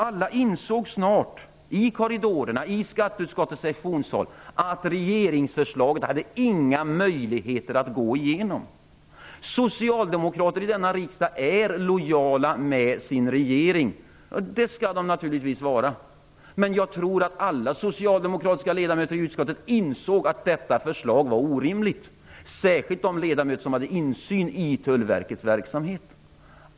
Alla här i korridorerna och i skatteutskottets sessionssal insåg snart att regeringsförslaget inte hade några möjligheter att gå igenom. Socialdemokrater i denna riksdag är lojala mot sin regering. Det skall de naturligtvis vara, men jag tror att alla socialdemokratiska ledamöter i utskottet insåg att detta förslag var orimligt, särskilt de ledamöter som hade insyn i Tullverkets verksamhet.